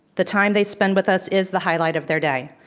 the time they spend with us is the highlight of their day.